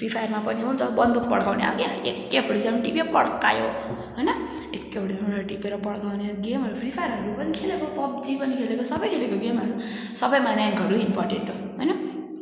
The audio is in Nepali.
फ्री फायरमा पनि हुन्छ बन्दुक पडकाउने अब क्या एके फोर्टी सेभेन टिप्यो पड्कायो होइन एएके फोर्टी सेभेन टिपेर पड्काउने गेमहरू फ्री फायरहरू पनि खेलेको पबजी पनि खेलेको सबै खेलेको गेमहरू सबैमा र्याङ्कहरू इम्पोर्टेन्ट हो होइन